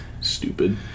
Stupid